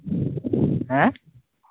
ᱦᱮᱸ